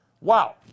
Wow